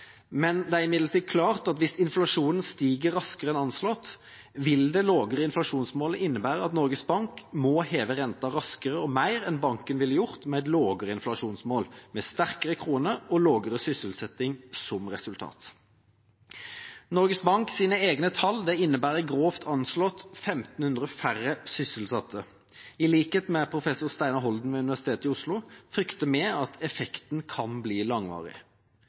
men det er imidlertid klart at hvis inflasjonen stiger raskere enn anslått, vil det lavere inflasjonsmålet innebære at Norges Bank må heve renta raskere og mer enn banken ville gjort med et lavere inflasjonsmål – med sterkere krone og lavere sysselsetting som resultat. Norges Banks egne tall innebærer grovt anslått 1 500 færre sysselsatte. I likhet med professor Steinar Holden ved Universitetet i Oslo frykter vi at effektene kan bli